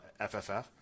FFF